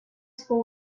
school